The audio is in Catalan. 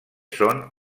són